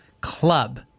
club